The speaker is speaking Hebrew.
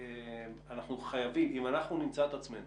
אנחנו חייבים אם אנחנו נמצא את עצמנו